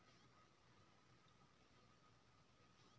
शीत काल मे केला के खेती में केना वृद्धि करबै?